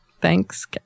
thanks